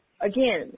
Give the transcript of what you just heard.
Again